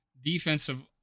defensive